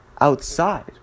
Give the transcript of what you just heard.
outside